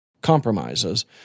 compromises